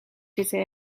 zitten